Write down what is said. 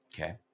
Okay